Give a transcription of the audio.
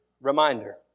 reminder